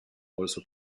also